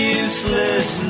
useless